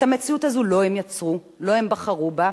את המציאות הזאת לא הם יצרו, לא הם בחרו בה,